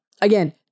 again